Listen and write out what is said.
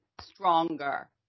stronger